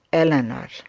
eleanor